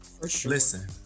Listen